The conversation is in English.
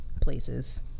places